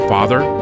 Father